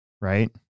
right